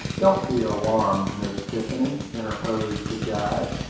don't be alarmed, miss tiffany, interposed the guide.